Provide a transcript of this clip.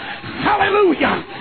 Hallelujah